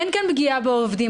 אין כאן פגיעה בעובדים.